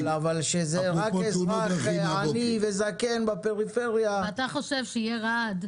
-- אבל כשזה רק אזרח ועני וזקן בפריפריה --- אם אתה חושב שיהיה רע"ד,